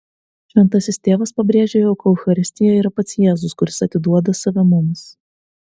šventasis tėvas pabrėžė jog eucharistija yra pats jėzus kuris atiduoda save mums